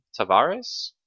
Tavares